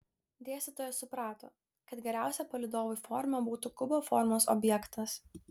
dėstytojas suprato kad geriausia palydovui forma būtų kubo formos objektas